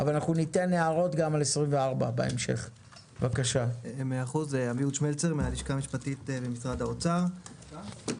25. בבקשה.